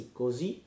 così